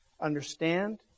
understand